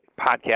podcast